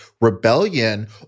rebellion